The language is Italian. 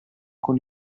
con